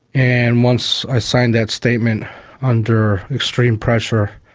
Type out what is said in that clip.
and once i signed that statement under extreme pressure,